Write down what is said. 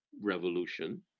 revolution